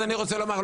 אני רוצה לומר,